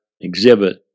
exhibit